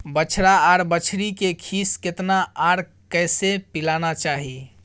बछरा आर बछरी के खीस केतना आर कैसे पिलाना चाही?